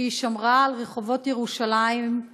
כשהיא שמרה על רחובות ירושלים,